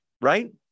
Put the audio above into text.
right